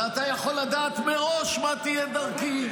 ואתה יכול לדעת מראש מה תהיה דרכי.